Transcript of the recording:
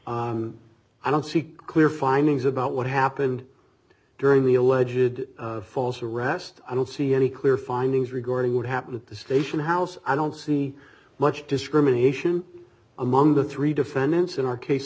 i don't see clear findings about what happened during the allegedly false arrest i don't see any clear findings regarding what happened at the station house i don't see much discrimination among the three defendants in our case